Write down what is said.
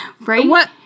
right